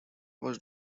was